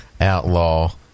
outlaw